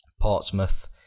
Portsmouth